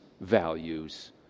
values